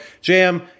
Jam